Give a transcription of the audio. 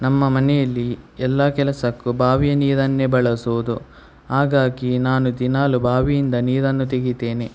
ನಮ್ಮ ಮನೆಯಲ್ಲಿ ಎಲ್ಲ ಕೆಲಸಕ್ಕೂ ಬಾವಿಯ ನೀರನ್ನೇ ಬಳಸುವುದು ಹಾಗಾಗಿ ನಾನು ದಿನಾಲು ಬಾವಿಯಿಂದ ನೀರನ್ನು ತೆಗೀತೇನೆ